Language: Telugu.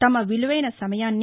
తమ విలువైన సమయాన్ని